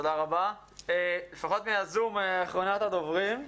לפחות מהזום, אחרונת הדוברים,